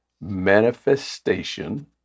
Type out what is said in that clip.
manifestation